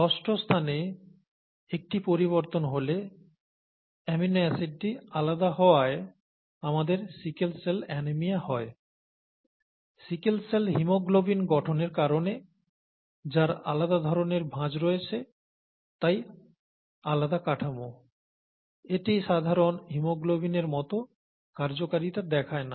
ষষ্ঠ স্থানে একটি পরিবর্তন হলে অ্যামিনো অ্যাসিডটি আলাদা হওয়ায় আমাদের সিকেল সেল অ্যানিমিয়া হয় সিকেল সেল হিমোগ্লোবিন গঠনের কারণে যার আলাদা ধরনের ভাঁজ রয়েছে তাই আলাদা কাঠামো এটি সাধারণ হিমোগ্লোবিনের মত কার্যকারিতা দেখায় না